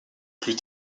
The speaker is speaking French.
plus